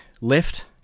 left